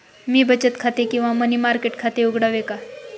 मी बचत खाते किंवा मनी मार्केट खाते उघडावे का?